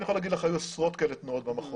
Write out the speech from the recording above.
אני יכול להגיד לך שהיו עשרות תנועות כאלה במחוז.